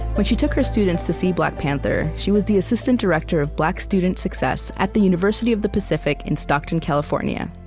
when she took her students to see black panther, she was the assistant director of black student success at the university of the pacific in stockton, california.